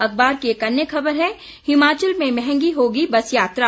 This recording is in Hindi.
अखबार की एक अन्य खबर है हिमाचल में मंहगी होगी बस यात्रा